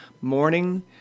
morning